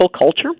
culture